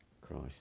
Christ